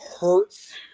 hurts